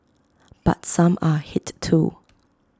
but some are hit too